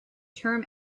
term